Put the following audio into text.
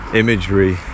imagery